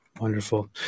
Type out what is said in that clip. Wonderful